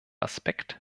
aspekt